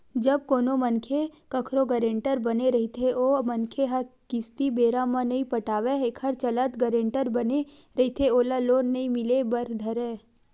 जब कोनो मनखे कखरो गारेंटर बने रहिथे ओ मनखे ह किस्ती बेरा म नइ पटावय एखर चलत गारेंटर बने रहिथे ओला लोन नइ मिले बर धरय